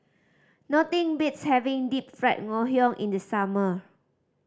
nothing beats having Deep Fried Ngoh Hiang in the summer